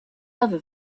other